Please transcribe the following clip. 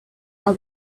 our